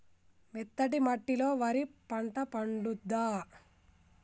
మెత్తటి మట్టిలో వరి పంట పండుద్దా?